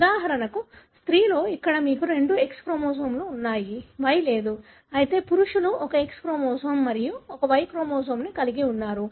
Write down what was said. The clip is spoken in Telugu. ఉదాహరణకు స్త్రీలో ఇక్కడ మీకు రెండు X క్రోమోజోములు ఉన్నాయి Y లేదు అయితే పురుషులు ఒక X క్రోమోజోమ్ మరియు ఒక Y క్రోమోజోమ్ని కలిగి ఉన్నారు